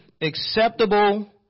acceptable